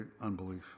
unbelief